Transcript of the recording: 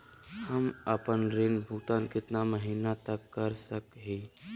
हम आपन ऋण भुगतान कितना महीना तक कर सक ही?